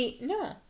No